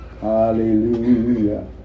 Hallelujah